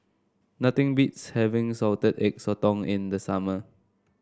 nothing beats having Salted Egg Sotong in the summer